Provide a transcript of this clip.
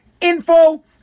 info